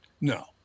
No